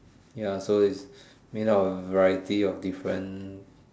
ya so it's made out of a variety of different